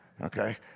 okay